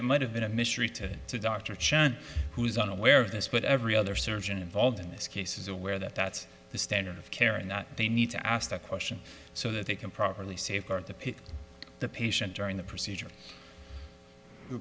it might have been a mystery to to dr chen who is unaware of this but every other surgeon involved in this case is aware that that's the standard of care and that they need to ask that question so that they can properly safeguard the the patient during the procedure